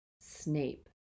Snape